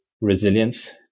resilience